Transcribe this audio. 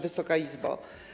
Wysoka Izbo!